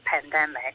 pandemic